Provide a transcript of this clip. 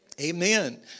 Amen